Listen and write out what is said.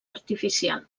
artificial